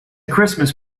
christmas